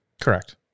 Correct